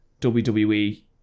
WWE